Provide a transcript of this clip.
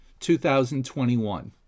2021